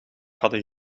hadden